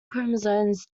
chromosomes